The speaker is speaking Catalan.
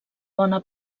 bona